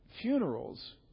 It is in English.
funerals